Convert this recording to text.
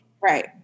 right